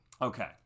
Okay